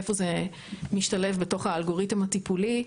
איפה זה משתלב בתוך האלגוריתם הטיפולי?